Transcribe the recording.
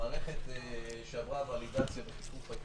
המערכת עברה ולידציה ותיקוף.